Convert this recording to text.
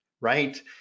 right